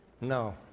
No